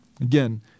Again